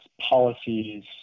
policies